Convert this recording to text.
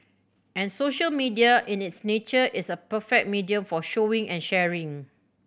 and social media in its nature is a perfect medium for showing and sharing